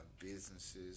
businesses